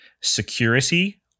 security